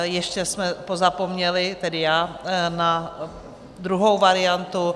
Ještě jsme pozapomněli, tedy já, na druhou variantu.